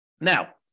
Now